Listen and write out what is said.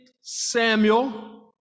Samuel